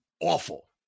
awful